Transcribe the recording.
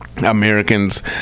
Americans